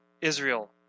Israel